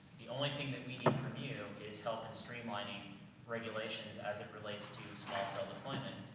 the only thing that we need from you is help in streamlining regulations as it relates to small cell deployment,